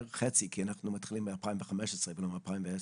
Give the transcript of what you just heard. בערך חצי כי אנחנו מתחילים מ-2015 ולא מ-2010.